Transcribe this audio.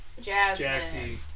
Jasmine